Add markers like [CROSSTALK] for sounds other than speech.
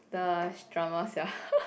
the drama sia [LAUGHS]